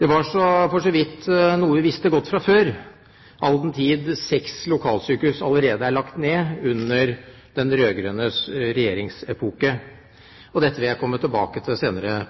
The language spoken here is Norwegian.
Dette var for så vidt noe vi visste godt fra før, all den tid seks lokalsykehus allerede er lagt ned under den rød-grønne regjeringsepoke. Dette vil jeg komme tilbake til senere.